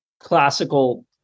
classical